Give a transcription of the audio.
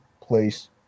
place